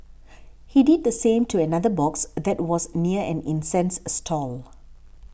he did the same to another box that was near an incense stall